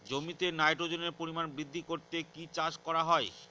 জমিতে নাইট্রোজেনের পরিমাণ বৃদ্ধি করতে কি চাষ করা হয়?